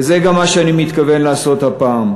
וזה גם מה שאני מתכוון לעשות הפעם.